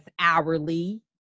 hourly